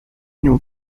nią